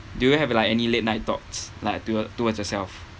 do you have like any late night thoughts like toward towards yourself